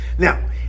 Now